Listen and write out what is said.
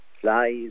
flies